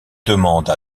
demandes